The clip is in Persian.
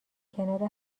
کنار